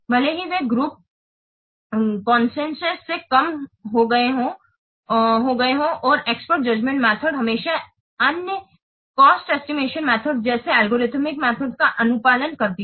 भले ही वे ग्रुप कंसेंसस से कम हो गए हों और एक्सपर्ट जजमेंट मेथड हमेशा अन्य कॉस्ट एस्टिमेशन मेथड जैसे एल्गोरिथम माठोड का अनुपालन करती है